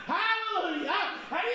hallelujah